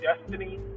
destiny